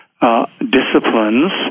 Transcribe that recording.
disciplines